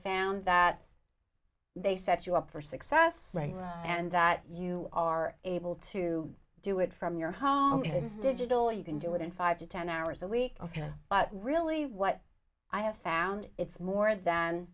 found that they set you up for success and that you are able to do it from your home and it's digital you can do it in five to ten hours a week ok but really what i have found it's more than